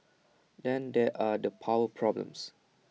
then there are the power problems